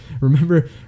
remember